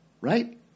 right